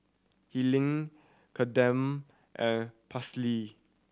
Helyn Kadeem and Paisley